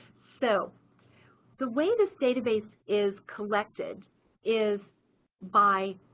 so the way this database is collected is by